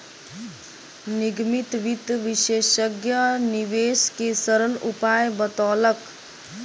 निगमित वित्त विशेषज्ञ निवेश के सरल उपाय बतौलक